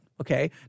Okay